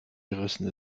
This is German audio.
gerissen